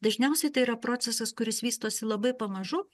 dažniausiai tai yra procesas kuris vystosi labai pamažu